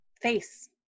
Face